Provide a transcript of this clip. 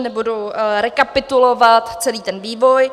Nebudu rekapitulovat celý ten vývoj.